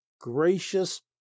gracious